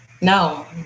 No